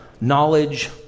knowledge